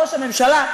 ראש הממשלה,